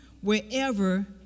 wherever